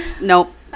nope